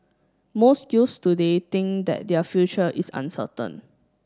most youths today think that their future is uncertain